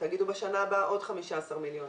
תגידו בשנה הבאה עוד 15 מיליון,